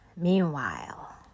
Meanwhile